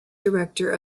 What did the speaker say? director